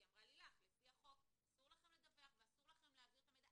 כי לפי החוק אסור לכם לדווח ואסור לכם להעביר את המידע.